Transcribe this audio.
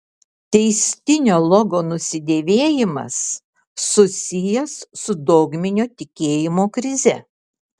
teistinio logo nusidėvėjimas susijęs su dogminio tikėjimo krize